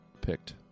picked